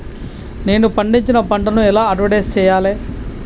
నేను పండించిన పంటను ఎలా అడ్వటైస్ చెయ్యాలే?